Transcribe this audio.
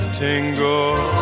tingle